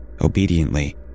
Obediently